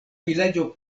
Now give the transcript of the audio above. vilaĝo